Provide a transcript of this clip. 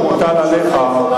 אתה, המוטל עליך.